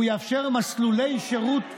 מסלולי שירות נוספים,